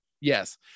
yes